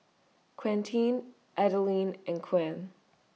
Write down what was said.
Quentin Adilene and Koen